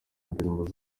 ndirimbo